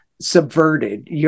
subverted